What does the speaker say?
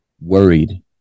worried